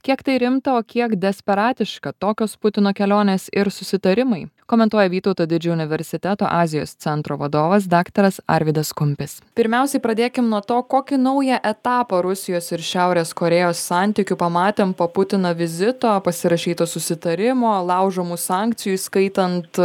kiek tai rimta o kiek desperatiška tokios putino kelionės ir susitarimai komentuoja vytauto didžiojo universiteto azijos centro vadovas daktaras arvydas kumpis pirmiausiai pradėkime nuo to kokį naują etapą rusijos ir šiaurės korėjos santykių pamatėm po putino vizito pasirašyto susitarimo laužomų sankcijų įskaitant